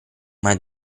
mai